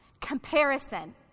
comparison